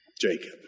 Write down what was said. Jacob